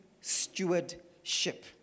stewardship